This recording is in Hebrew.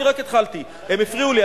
אני רק התחלתי, הם הפריעו לי.